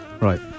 right